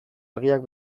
argiak